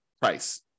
price